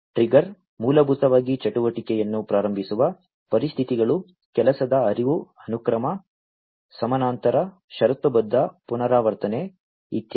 trigger ಮೂಲಭೂತವಾಗಿ ಚಟುವಟಿಕೆಯನ್ನು ಪ್ರಾರಂಭಿಸುವ ಪರಿಸ್ಥಿತಿಗಳು ಕೆಲಸದ ಹರಿವು ಅನುಕ್ರಮ ಸಮಾನಾಂತರ ಷರತ್ತುಬದ್ಧ ಪುನರಾವರ್ತನೆ ಇತ್ಯಾದಿ